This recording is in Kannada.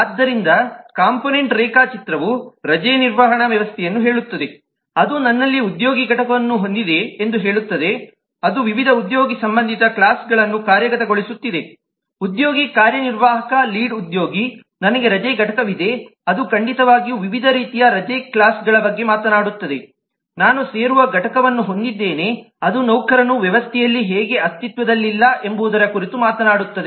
ಆದ್ದರಿಂದ ಕಾಂಪೊನೆಂಟ್ ರೇಖಾಚಿತ್ರವು ರಜೆ ನಿರ್ವಹಣಾ ವ್ಯವಸ್ಥೆಯನ್ನು ಹೇಳುತ್ತದೆ ಅದು ನನ್ನಲ್ಲಿ ಉದ್ಯೋಗಿ ಘಟಕವನ್ನು ಹೊಂದಿದೆ ಎಂದು ಹೇಳುತ್ತದೆ ಅದು ವಿವಿಧ ಉದ್ಯೋಗಿ ಸಂಬಂಧಿತ ಕ್ಲಾಸ್ಗಳನ್ನು ಕಾರ್ಯಗತಗೊಳಿಸುತ್ತದೆಉದ್ಯೋಗಿ ಕಾರ್ಯನಿರ್ವಾಹಕ ಲೀಡ್ ಉದ್ಯೋಗಿ ನನಗೆ ರಜೆ ಘಟಕವಿದೆ ಅದು ಖಂಡಿತವಾಗಿಯೂ ವಿವಿಧ ರೀತಿಯ ರಜೆ ಕ್ಲಾಸ್ಗಳ ಬಗ್ಗೆ ಮಾತನಾಡುತ್ತದೆ ನಾನು ಸೇರುವ ಘಟಕವನ್ನು ಹೊಂದಿದ್ದೇನೆ ಅದು ನೌಕರನು ವ್ಯವಸ್ಥೆಯಲ್ಲಿ ಹೇಗೆ ಅಸ್ತಿತ್ವದಲ್ಲಿಲ್ಲ ಎಂಬುದರ ಕುರಿತು ಮಾತನಾಡುತ್ತದೆ